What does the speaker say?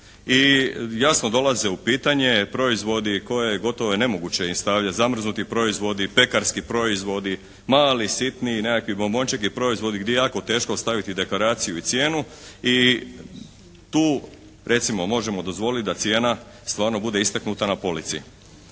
i jasno dolaze u pitanje proizvodi koje gotovo je nemoguće stavljati, zamrznuti proizvodi, pekarski proizvodi, mali sitni nekakvi bombončeki gdje je jako teško ostaviti deklaraciju i cijenu i tu recimo možemo dozvoliti da cijena stvarno bude istaknuta na polici.